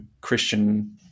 Christian